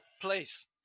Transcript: place